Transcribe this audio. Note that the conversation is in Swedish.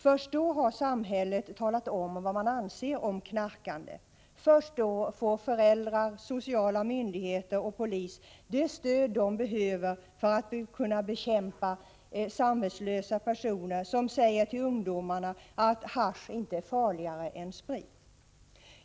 Först då har samhället talat om vad det anser om knarkande och först då får föräldrar, sociala myndigheter och polis det stöd de behöver för att kunna bekämpa samvetslösa personer, som säger till ungdomarna att hasch inte är farligare än sprit.